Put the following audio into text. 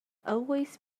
always